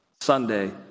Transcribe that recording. Sunday